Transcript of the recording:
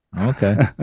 Okay